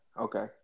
Okay